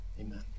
amen